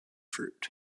fruit